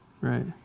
Right